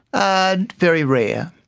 ah very rare.